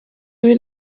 would